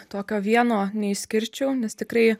tokio vieno neišskirčiau nes tikrai